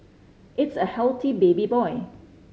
it's a healthy baby boy